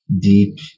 deep